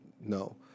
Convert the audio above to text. no